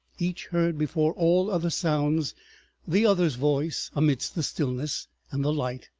each heard before all other sounds the other's voice amidst the stillness, and the light.